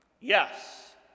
Yes